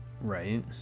right